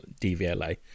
DVLA